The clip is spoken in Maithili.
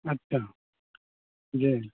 अच्छा जी